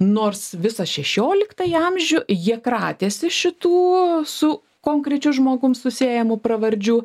nors visą šešioliktąjį amžių jie kratėsi šitų su konkrečiu žmogum susiejamų pravardžių